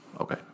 Okay